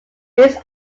base